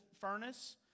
furnace